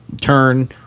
turn